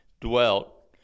dwelt